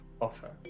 offer